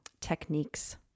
techniques